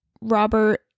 Robert